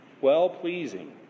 Well-pleasing